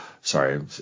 Sorry